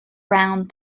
round